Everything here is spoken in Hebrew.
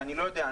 ואני לא יודע,